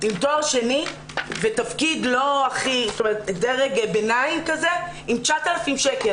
עם תואר שני בדרג ביניים, עם 9,000 שקל.